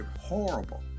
Horrible